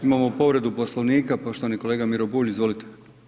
Imamo povredu Poslovnika, poštovani kolega Miro Bulj, izvolite.